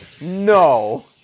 no